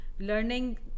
Learning